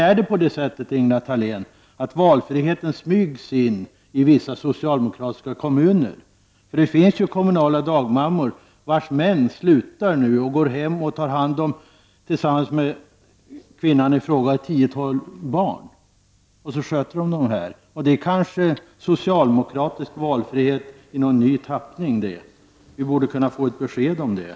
Är det så, Ingela Thalén, att valfriheten smygs in i vissa socialdemokratiska kommuner? Det finns kommunala dagmammor vars män slutar nu och går hem och tillsammans med kvinnan tar hand om ett tiotal barn. Det kanske är socialdemokratisk valfrihet i ny tappning. Vi borde kunna få ett besked om det.